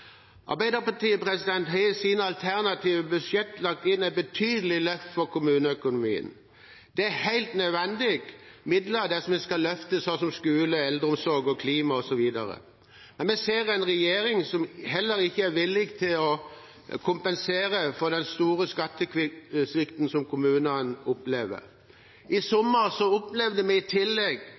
Arbeiderpartiet har i sine alternative budsjetter lagt inn et betydelig løft for kommuneøkonomien. Det er helt nødvendige midler dersom vi skal løfte skole, eldreomsorg, klima osv. Vi ser en regjering som heller ikke er villig til å kompensere for den store skattesvikten kommunene opplever. I sommer opplevde vi i tillegg